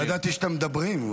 לא ידעתי שאתם מדברים.